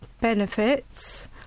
benefits